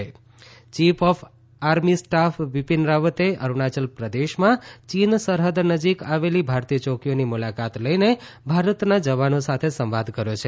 ત chief of army staff Bipin રાવતે અરૂણાયલ પ્રદેશમાં ચીન સરહદ નજીક આવેલી ભારતીય ચોકીઓની મુલાકાત લઇને ભારતના જવાનો સાથે સંવાદ કર્યો છે